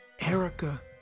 Erica